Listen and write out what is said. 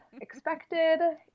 expected